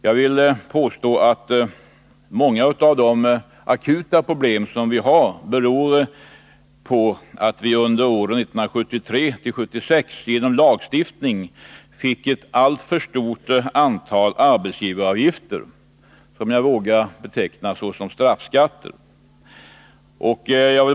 Jag vill påstå att många av de akuta problem som vi har beror på att vi under åren 1973-1976 genom lagstiftning fick ett alltför stort antal arbetsgivaravgifter, som jag vill beteckna som straffskatter.